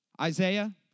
Isaiah